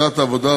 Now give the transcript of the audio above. ועדת העבודה,